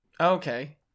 Okay